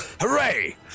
Hooray